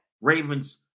Ravens